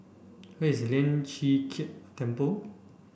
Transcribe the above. where is Lian Chee Kek Temple